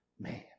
Man